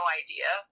idea